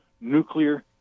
nuclear